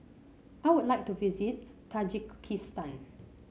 I would like to visit Tajikistan